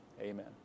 amen